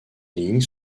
lignes